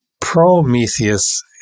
Prometheus